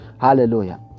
Hallelujah